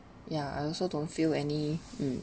ya I also don't feel any mm